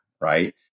right